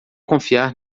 confiar